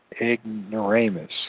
ignoramus